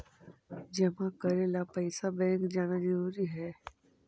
जमा करे ला पैसा बैंक जाना जरूरी है?